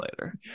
later